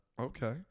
okay